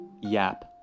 Yap